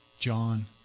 John